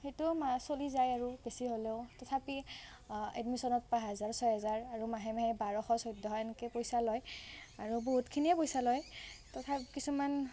সেইটোও মা চলি যায় আৰু বেছি হ'লেও তথাপি এডমিশ্যনত পাঁচ হাজাৰ ছয় হাজাৰ আৰু মাহে মাহে বাৰশ চৈধ্যশ এনেকৈ পইচা লয় আৰু বহুতখিনিয়ে পইচা লয় তথাপি কিছুমান